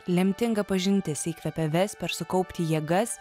lemtinga pažintis įkvepia vesper sukaupti jėgas